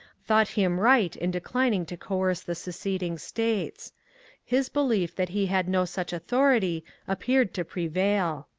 thought him right in declining to coerce the seced ing states his belief that he had no such authority appeared to prevail.